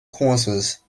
causes